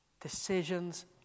Decisions